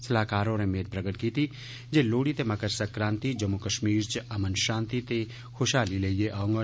सलाह्कार होरें मेद प्रगट कीती जे लोहड़ी ते मकर संक्रांति जम्मू कश्मीर च अमन शांति ते खुशहाली लेईयै औंगन